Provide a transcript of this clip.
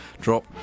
drop